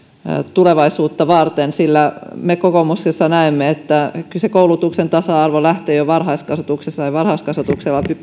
tulevaisuutta varten sillä me kokoomuksessa näemme että kyllä se koulutuksen tasa arvo lähtee jo varhaiskasvatuksesta ja varhaiskasvatuksella